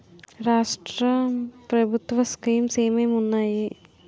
రాష్ట్రం ప్రభుత్వ స్కీమ్స్ ఎం ఎం ఉన్నాయి?